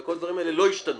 וכל הדברים האלה לא ישתנו.